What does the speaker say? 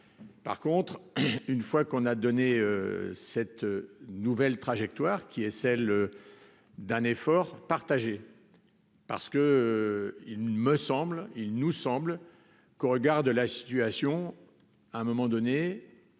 par contre, une fois qu'on a donné cette nouvelle trajectoire qui est celle d'un effort partagé parce que il me semble, il nous semble qu'au regard de la situation à un moment donné,